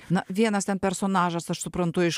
na vienas ten personažas aš suprantu iš